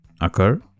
occur